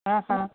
आं हां